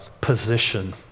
position